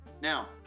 Now